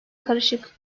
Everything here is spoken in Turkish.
karışık